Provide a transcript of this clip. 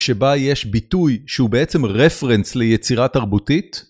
שבה יש ביטוי שהוא בעצם רפרנס ליצירה תרבותית.